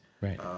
right